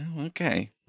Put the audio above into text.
okay